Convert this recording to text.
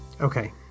Okay